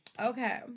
Okay